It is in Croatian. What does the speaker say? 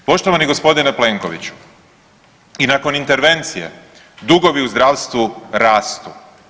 Poštovani gospodine Plenkoviću i nakon intervencije dugovi u zdravstvu rastu.